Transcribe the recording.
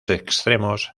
extremos